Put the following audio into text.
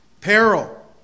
Peril